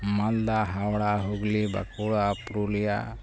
Malda Howrah Hooghly Bankura Purulia